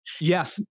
Yes